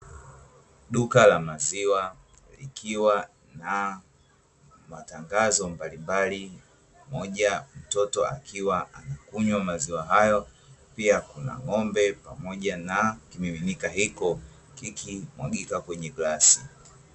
Duka la maziwa likiwa na matangazo mbalimbali, moja mtoto akiwa anakunywa maziwa hayo pia kuna ng'ombe pamoja na kimiminika hiko kikimwagika kwenye glasi.